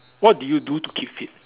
what do you do to keep fit